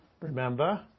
remember